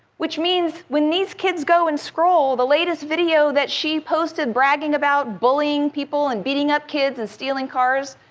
which means when these kids go and scroll the latest video that she posted bragging about bullying people and beating up kids and stealing cars,